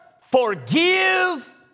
forgive